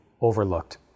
overlooked